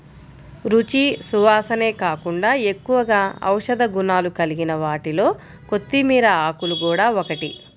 రుచి, సువాసనే కాకుండా ఎక్కువగా ఔషధ గుణాలు కలిగిన వాటిలో కొత్తిమీర ఆకులు గూడా ఒకటి